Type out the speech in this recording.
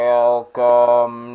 Welcome